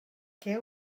què